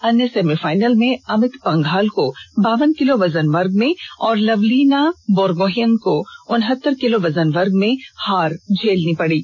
अन्य सेमीफाइनल में अमित पंघाल को बावन किलो वजन वर्ग में और लवलीना बोरगोहेन को उनहत्तर किलो वजन वर्ग में हार झेलनी पड़ी